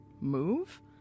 move